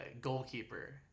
goalkeeper